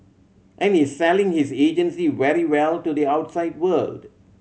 and he's selling his agency very well to the outside world